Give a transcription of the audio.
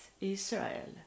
Israel